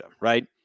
right